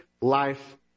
life